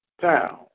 town